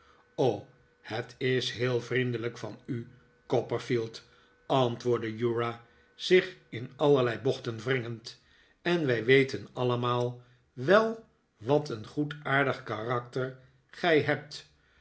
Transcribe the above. het is heel vriendelijk van u copperfield antwoordde uriah zich in allerlei bochten wringend en wij weten allemaal wel wat een goedaardig karakter gij hebt